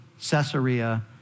Caesarea